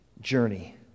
journey